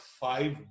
five